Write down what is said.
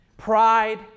Pride